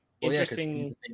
Interesting